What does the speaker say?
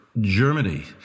Germany